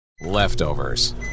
leftovers